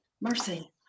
mercy